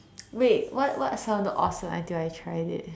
wait what what I sounded awesome until I tried it